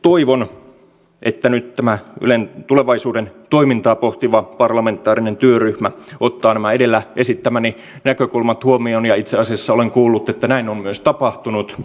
toivon että nyt tämä ylen tulevaisuuden toimintaa pohtiva parlamentaarinen työryhmä ottaa nämä edellä esittämäni näkökulmat huomioon ja itse asiassa olen kuullut että näin on myös tapahtunut